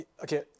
Okay